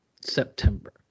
September